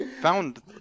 found